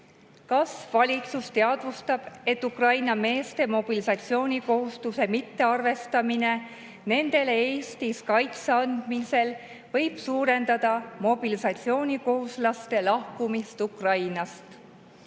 Kas valitsus teadvustab, et Ukraina meeste mobilisatsioonikohustuse mittearvestamine nendele Eestis kaitse andmisel võib suurendada mobilisatsioonikohuslaste lahkumist Ukrainast?